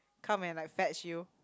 come and like fetch you